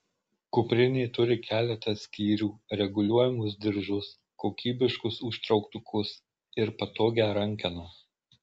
kuprinė turi keletą skyrių reguliuojamus diržus kokybiškus užtrauktukus ir patogią rankeną